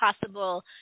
possible